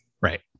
right